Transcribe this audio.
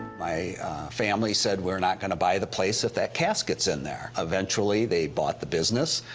my family said we're not gonna by the place if that casket's in there. eventually they bought the business,